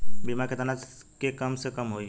बीमा केतना के कम से कम होई?